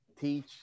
teach